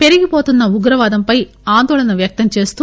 పెరిగిపోతున్న ఉగ్రవాదంపై ఆందోళన వ్యక్తం చేస్తూ